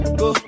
go